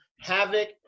Havoc